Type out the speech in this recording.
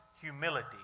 humility